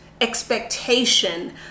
expectation